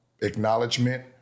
acknowledgement